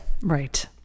Right